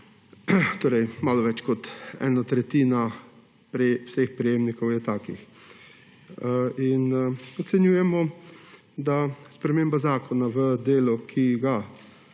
torej malo več kot ena tretjina vseh prejemnikov je takih. Ocenjujemo, da sprememba zakona v delu, ki ga